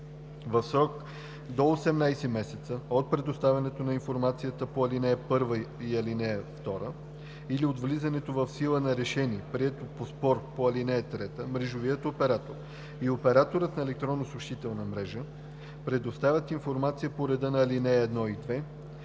В срок до 18 месеца от предоставянето на информацията по ал. 1 и 2 или от влизането в сила на решение, прието по спор по ал. 3, мрежовият оператор и операторът на електронна съобщителна мрежа, предоставил информация по реда на ал. 1 и 2,